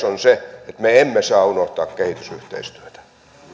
on se että me emme emme saa unohtaa kehitysyhteistyötä